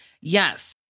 Yes